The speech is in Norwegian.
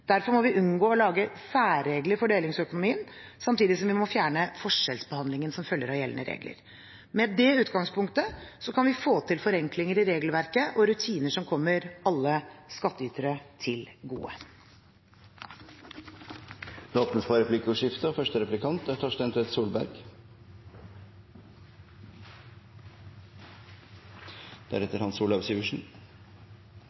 Derfor må vi unngå å lage særregler for delingsøkonomien, samtidig som vi må fjerne forskjellsbehandling som kan følge av gjeldende regler. Med dette utgangspunktet kan vi få til forenklinger i regelverket og rutiner som kommer alle skattytere til gode. Det blir replikkordskifte.